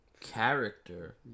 character